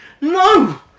no